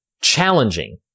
challenging